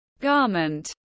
garment